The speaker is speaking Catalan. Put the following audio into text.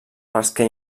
pesquer